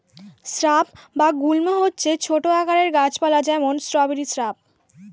shrub বা গুল্ম হচ্ছে ছোট আকারের গাছ পালা, যেমন স্ট্রবেরি শ্রাব